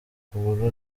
kugura